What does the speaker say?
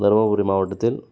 தர்மபுரி மாவட்டத்தில்